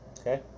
Okay